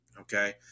okay